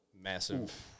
Massive